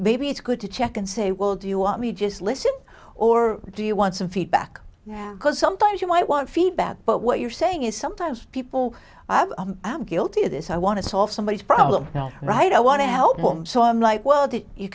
maybe it's good to check and say well do you want me just listen or do you want some feedback yeah because sometimes you might want feedback but what you're saying is sometimes people i'm guilty of this i want to solve somebody's problem right i want to help them so i'm like well